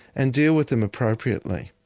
and deal with them appropriately.